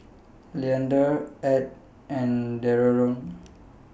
Leander Edd and Dereon